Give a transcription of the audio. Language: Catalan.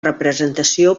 representació